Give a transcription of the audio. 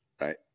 right